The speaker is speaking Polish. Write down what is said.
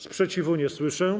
Sprzeciwu nie słyszę.